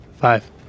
Five